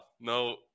No